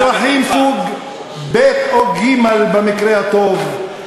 אזרחים סוג ב' או ג' במקרה הטוב,